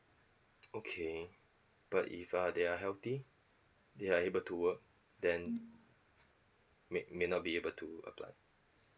okay but if uh they are healthy they are able to work then may may not be able to apply